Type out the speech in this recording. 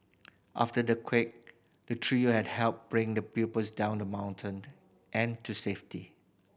after the quake the trio had helped bring the pupils down the mountain and to safety